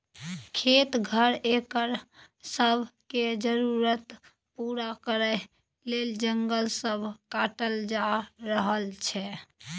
खेत, घर, एकर सब के जरूरत पूरा करइ लेल जंगल सब काटल जा रहल छै